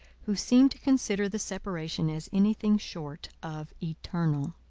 who seemed to consider the separation as any thing short of eternal.